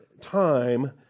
time